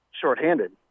shorthanded